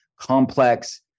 complex